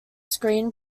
screen